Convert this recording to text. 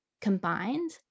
combined